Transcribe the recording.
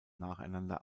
nacheinander